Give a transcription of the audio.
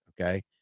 Okay